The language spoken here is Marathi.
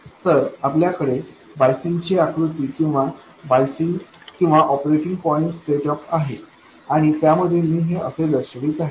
तर आपल्याकडे बायसिंग ची आकृती किंवा ऑपरेटिंग पॉईंट सेट अप आहे आणि त्यामध्ये मी हे असे दर्शवित आहे